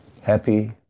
happy